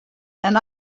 and